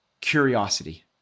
curiosity